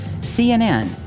CNN